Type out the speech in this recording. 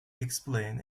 explain